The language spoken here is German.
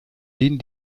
denen